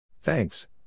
Thanks